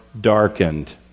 darkened